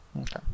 Okay